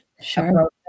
Sure